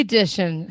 Edition